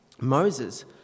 Moses